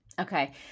Okay